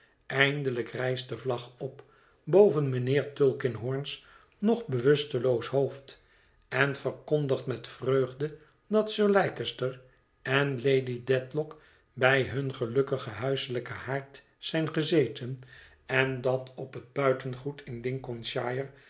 eindelijk rijst de vlag op boven mijnheer tulkinghorn s nog bewusteloos hoofd en verkondigt met vreugde dat sir leicester en lady dedlock bij hun gelukkigen huiselijken haard zijn gezeten on dat op het buitengoed in l